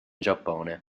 giappone